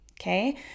okay